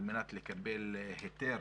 על מנת לקבל היתר